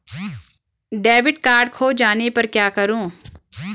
Debit card खो जाने पर क्या करूँ?